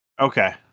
Okay